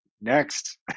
next